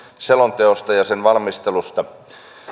selonteosta ja sen valmistelusta